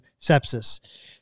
sepsis